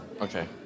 Okay